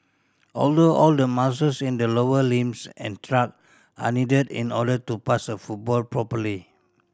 although all the muscles in the lower limbs and trunk are needed in order to pass a football properly